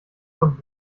zur